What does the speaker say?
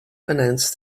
announce